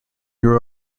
grew